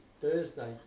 Thursday